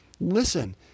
listen